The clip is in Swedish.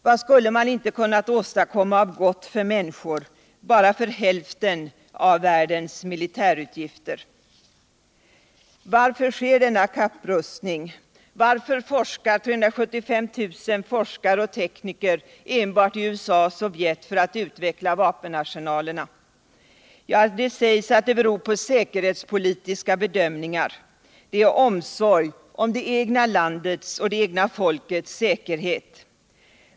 Vad skulle man inte ha kunnat åstadkomma av got för människor bara för hälften av världens militärutgifter? Varför sker denna kapprustning? Varför forskar 375 000 forskare och tekniker enbart i USA och Sovjet för att utveckla vapenarsenalerna? Ja. det sägs att det beror på säkerhetspolniska bedömningar. Det är omsorg om det egna landets och det egna folkets säkerhet.